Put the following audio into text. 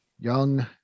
Young